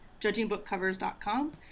judgingbookcovers.com